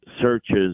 searches